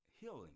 healing